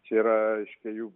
čia yra reiškia jų